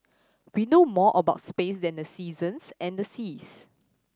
we know more about space than the seasons and the seas